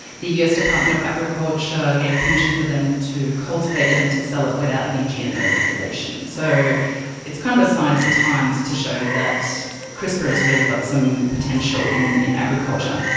the us department of agriculture gave permission for them to cultivate it and to sell it without any gmo regulation. so it's kind of a sign of the times to show that crispr has really got some potential in in agriculture.